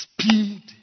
speed